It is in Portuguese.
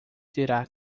tirar